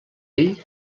ell